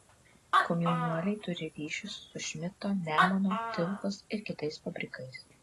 komjaunuoliai turi ryšius su šmidto nemuno tilkos ir kitais fabrikais